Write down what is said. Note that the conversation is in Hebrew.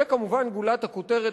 וכמובן גולת הכותרת,